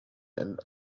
and